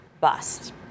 bust